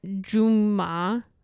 Juma